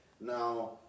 Now